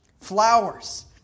Flowers